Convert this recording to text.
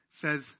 says